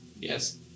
Yes